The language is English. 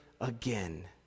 again